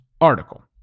article